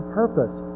purpose